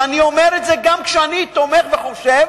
ואני אומר את זה גם כשאני תומך וחושב